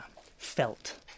felt